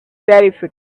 terrific